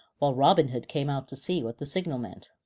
while robin hood came out to see what the signal meant.